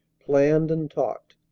planned and talked.